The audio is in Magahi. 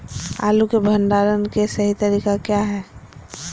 आलू के भंडारण के सही तरीका क्या है?